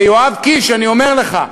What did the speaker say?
ויואב קיש, אני אומר לך,